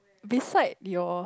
beside your